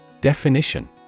Definition